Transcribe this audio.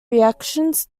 reactions